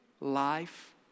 life